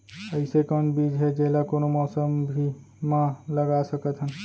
अइसे कौन बीज हे, जेला कोनो मौसम भी मा लगा सकत हन?